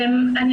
לכולם,